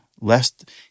lest